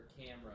camera